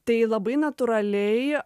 tai labai natūraliai